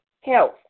health